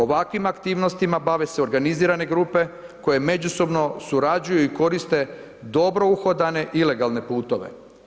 Ovakvim aktivnostima bave se organizirane grupe koje međusobno surađuju i koriste dobro uhodane ilegalne putove.